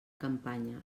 campanya